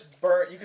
burn